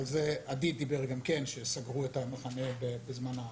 זה גם מה שאמר עדי שסגרו את המחנה בזמן ההפעלה.